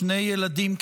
שני ילדים קטנים,